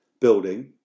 building